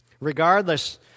Regardless